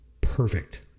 perfect